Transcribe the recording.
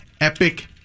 epic